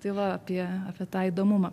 tai va apie apie tą įdomumą